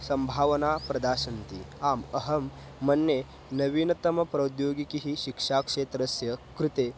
सम्भावना प्रदास्यन्ति आम् अहं मन्ये नवीनतमप्रौद्योगिकी शिक्षाक्षेत्रस्य कृते